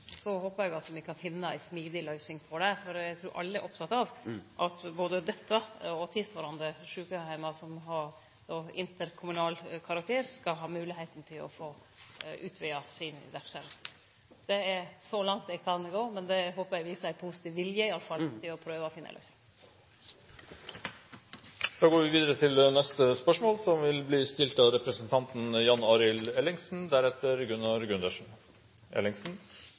Så håpar eg me kan finne ei smidig løysing på det, for eg trur at alle er opptekne av at både denne sjukeheimen og tilsvarande sjukeheimar som har interkommunal karakter, skal ha moglegheita til å få utvida si verksemd. Det er så langt eg kan gå, men det håpar eg viser ein positiv vilje iallfall til å prøve å finne ei løysing. Jeg har følgende spørsmål